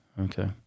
Okay